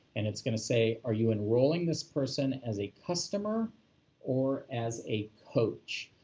and it's going to say, are you enrolling this person as a customer or as a coach?